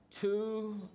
Two